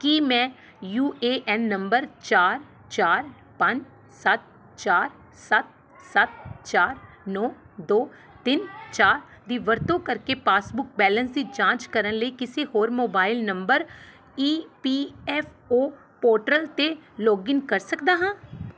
ਕੀ ਮੈਂ U A N number ਚਾਰ ਚਾਰ ਪੰਜ ਸੱਤ ਚਾਰ ਸੱਤ ਸੱਤ ਚਾਰ ਨੌਂ ਦੋ ਤਿੰਨ ਚਾਰ ਦੀ ਵਰਤੋਂ ਕਰਕੇ ਪਾਸਬੁੱਕ ਬੈਲੇਂਸ ਦੀ ਜਾਂਚ ਕਰਨ ਲਈ ਕਿਸੇ ਹੋਰ mobile number E P F O portal 'ਤੇ ਲੌਗਇਨ ਕਰ ਸਕਦਾ ਹਾਂ